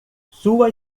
sua